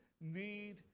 need